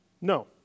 No